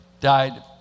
died